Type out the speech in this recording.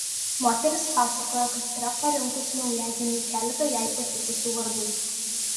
moteris pasakojo kad yra parinkusi naujagimiui keletą jai patikusių vardų